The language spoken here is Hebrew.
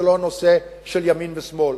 זה לא נושא של ימין ושמאל,